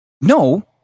No